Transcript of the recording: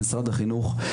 במשרד החינוך.